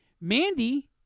Mandy